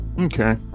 okay